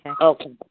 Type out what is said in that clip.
Okay